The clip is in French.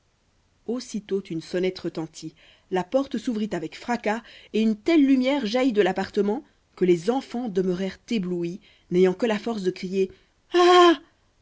aussitôt une sonnette retentit la porte s'ouvrit avec fracas et une telle lumière jaillit de l'appartement que les enfants demeurèrent éblouis n'ayant que la force de crier ah